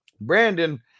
Brandon